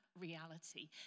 reality